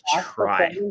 try